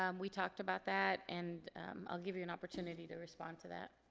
um we talked about that and i'll give you an opportunity to respond to that.